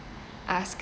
asked